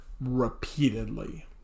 repeatedly